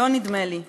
נדמה לי שלא.